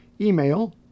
Email